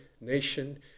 nation